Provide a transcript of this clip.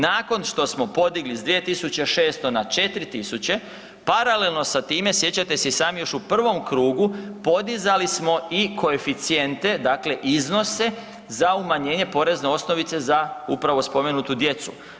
Nakon što smo podigli s 2.600 na 4.000 paralelno sa time sjećate se i sami još u prvom krugu podizali smo i koeficijente dakle iznose za umanjenje porezne osnovnice za upravo spomenutu djecu.